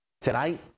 tonight